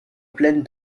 plaine